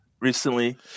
recently